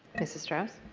mrs. strauss.